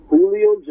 Julio